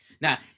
Now